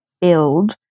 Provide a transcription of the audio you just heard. build